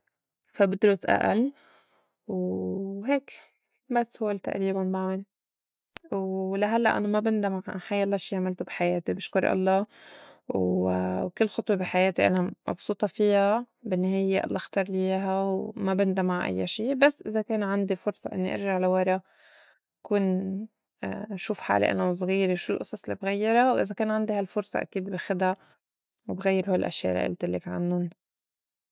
فا بدرُس أقل. و وهيك بس هول تقريباً بعمل. ولا هلّئ أنا ما بندم عا حيلّا شي عملته بحياتي بشكُر الله. و وكل خطوة بي حياتي أنا مبسوطة فيا بالنّهاية الله اخترلي ياها وما بندم عا أيّا شي. بس إذا كان عندي فرصة إنّي ارجع لورا كون شوف حالي أنا وزغيره شو الأصص الّي بغيّرا؟ وإذا كان عندي هالفُرصة أكيد باخدا وبغيّر هول الأشيا الّي ألتلّك عنُّن.